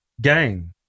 Gang